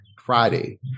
Friday